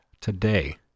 today